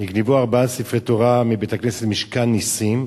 נגנבו ארבעה ספרי תורה מבית-הכנסת "משכן נסים"